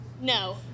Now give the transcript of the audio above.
No